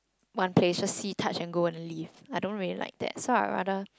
one place just see touch and go and then leave I don't really like that so I would rather